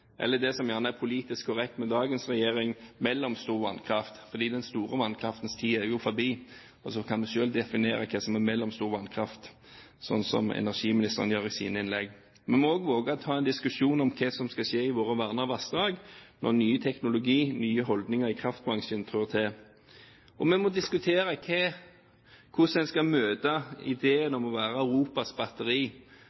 eller det som gjerne er politisk korrekt med dagens regjering: mellomstor vannkraft, for den store vannkraftens tid jo er forbi – så kan vi selv definere hva som er mellomstor vannkraft, slik energiministeren gjør i sine innlegg. Vi må våge å ta en diskusjon om hva som skal skje i våre vernede vassdrag når ny teknologi og nye holdninger i kraftbransjen trår til, og vi må diskutere hvordan vi skal møte